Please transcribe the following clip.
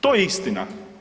To je istina.